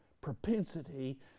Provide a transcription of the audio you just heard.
propensity